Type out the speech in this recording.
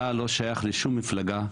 צה"ל לא שייך לשום מפלגה.